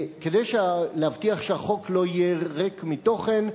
כדי להבטיח שהחוק לא יהיה ריק מתוכן,